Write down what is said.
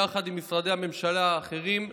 יחד עם משרדי הממשלה האחרים,